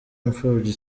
imfubyi